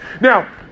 Now